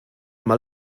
mal